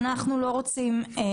בסופו של דבר אנחנו לא רוצים להקשות.